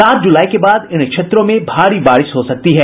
सात जुलाई के बाद इन क्षेत्रों में भारी बारिश हो सकती है